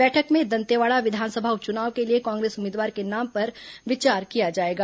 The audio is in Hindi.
बैठक में दंतेवाड़ा विधानसभा उप चुनाव के लिए कांग्रेस उम्मीदवार के नाम पर विचार किया जाएगा